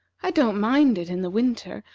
i don't mind it in the winter,